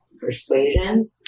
Persuasion